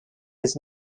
was